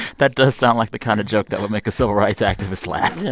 that does sound like the kind of joke that would make a civil rights activist laugh yeah.